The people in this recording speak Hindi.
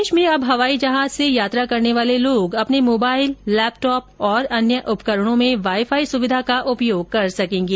देश में अब हवाई जहाज से यात्रा करने वाले लोग अपने मोबाईल लेपटॉप और अन्य उपकरणों में वाईफाई सुविधा का उपयोग कर सकेंगे